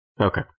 Okay